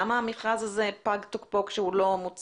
למה פג תוקפו של המכרז כשהוא לא מוצא?